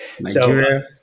Nigeria